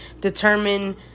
determine